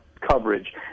coverage